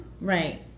Right